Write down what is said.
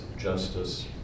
justice